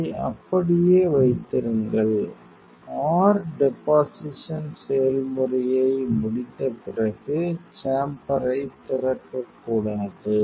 அதை அப்படியே வைத்திருங்கள் r டெபாசிஷன் செயல்முறையை முடித்த பிறகு சேம்பர்யைத் திறக்கக்கூடாது